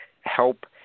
help